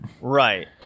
right